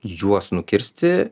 juos nukirsti